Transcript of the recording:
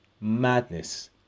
Madness